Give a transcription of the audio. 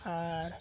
ᱟᱨ